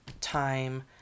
time